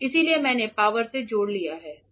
इसलिए मैंने पावर से जोड़ लिया है